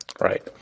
Right